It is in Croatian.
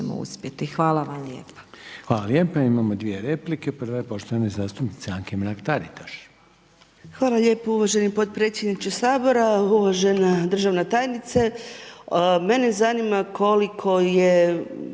Hvala. Hvala lijepa.